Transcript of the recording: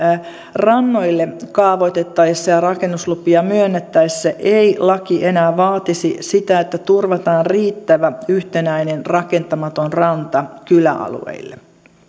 rannoille kaavoitettaessa ja rakennuslupia myönnettäessä ei laki enää vaatisi sitä että turvataan riittävä yhtenäinen rakentamaton ranta kyläalueille